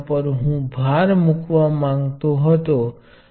હવે હું અહીંયા પ્રવાહ I1 I2 અને IN ને દર્શાવુ છુ